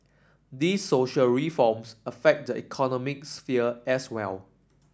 the social reforms affect the economic sphere as well